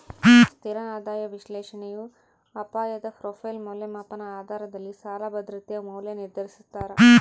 ಸ್ಥಿರ ಆದಾಯ ವಿಶ್ಲೇಷಣೆಯು ಅಪಾಯದ ಪ್ರೊಫೈಲ್ ಮೌಲ್ಯಮಾಪನ ಆಧಾರದಲ್ಲಿ ಸಾಲ ಭದ್ರತೆಯ ಮೌಲ್ಯ ನಿರ್ಧರಿಸ್ತಾರ